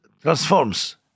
transforms